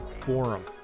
Forum